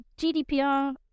GDPR